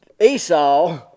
esau